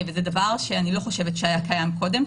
וזה דבר שאני לא חושבת שהיה קיים קודם,